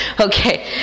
Okay